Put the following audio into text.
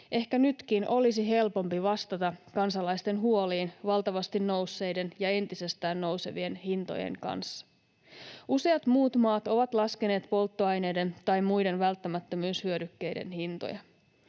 ehkä nytkin olisi helpompi vastata kansalaisten huoliin valtavasti nousseiden ja entisestään nousevien hintojen kanssa. Useat muut maat ovat laskeneet polttoaineiden tai muiden välttämättö-myyshyödykkeiden hintoja.